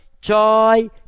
joy